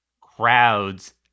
crowds